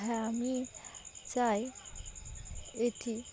হ্যাঁ আমি চাই এটি